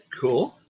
cool